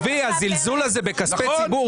עזבי, הזלזול הזה בכספי ציבור.